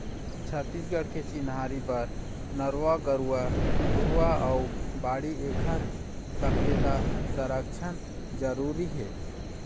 छत्तीसगढ़ के चिन्हारी बर नरूवा, गरूवा, घुरूवा अउ बाड़ी ऐखर सकेला, संरक्छन जरुरी हे